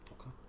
Okay